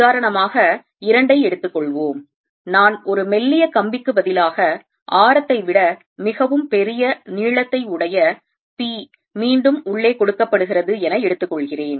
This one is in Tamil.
உதாரணமாக இரண்டை எடுத்துக்கொள்வோம் நான் ஒரு மெல்லிய கம்பிக்கு பதிலாக ஆரத்தை விட மிகவும் பெரிய நீளத்தை உடைய p மீண்டும் உள்ளே கொடுக்கப்படுகிறது என எடுத்துக் கொள்கிறேன்